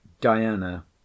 diana